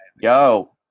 Yo